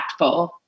impactful